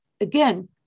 again